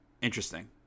Interesting